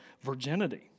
virginity